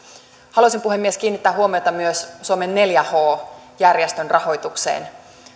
haluaisin puhemies kiinnittää huomiota myös suomen neljä h järjestön rahoitukseen